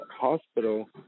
hospital